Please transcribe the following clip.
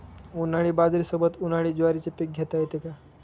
उन्हाळी बाजरीसोबत, उन्हाळी ज्वारीचे पीक घेता येते का?